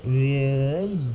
really